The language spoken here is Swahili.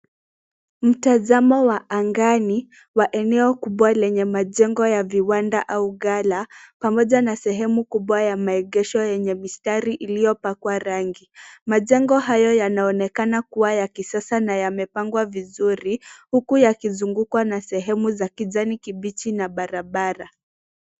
Mtazamo wa angani wa eneo kubwa lenye majengo ya viwanda au ghala, pamoja na sehemu kubwa ya maegesho yenye mistari iliyopakwa rangi. Majengo hayo yanaonekana kuwa ya kisasa na yamepangwa vizuri huku yakizungukwa na sehemu za kijani kibichi na barabara .